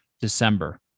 December